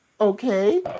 okay